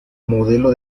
modelo